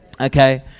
Okay